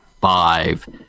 five